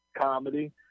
comedy